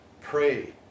pray